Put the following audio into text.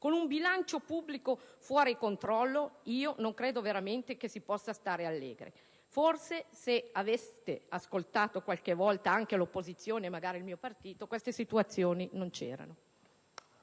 con un bilancio pubblico fuori controllo non credo veramente che si possa stare allegri. Forse, se aveste ascoltato qualche volta anche l'opposizione, e magari il mio partito, queste situazioni non si